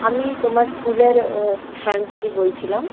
আমি তোমার স্কুলের সায়ন্তীদি বলছিলাম